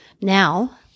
now